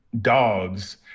dogs